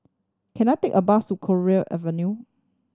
can I take a bus to Cowdray Avenue